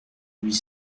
huit